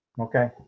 Okay